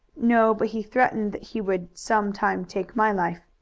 no, but he threatened that he would some time take my life.